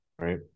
Right